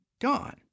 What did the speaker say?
gone